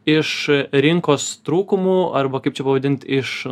iš rinkos trūkumų arba kaip čia pavadint iš